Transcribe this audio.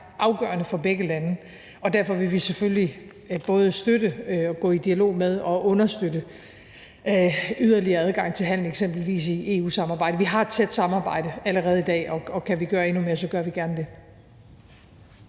afgørende for begge lande, og derfor vil vi selvfølgelig både støtte og gå i dialog om at understøtte yderligere adgang til handel, eksempelvis i EU-samarbejdet. Vi har et tæt samarbejde allerede i dag, og kan vi gøre endnu mere, gør vi gerne det.